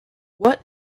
what